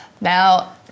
now